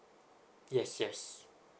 yes yes